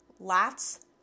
Lats